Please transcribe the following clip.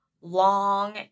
long